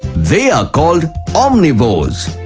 they are called omnivores.